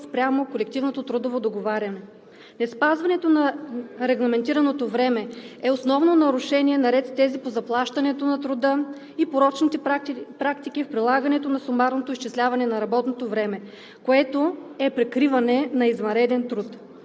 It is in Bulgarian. спрямо колективното трудово договаряне. Неспазването на регламентираното време е основно нарушение наред с тези по заплащането на труда и порочните практики в прилагането на сумарното изчисляване на работното време, което е прикриване на извънреден труд.